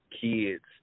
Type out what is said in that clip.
kids